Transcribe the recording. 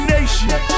Nation